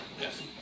yes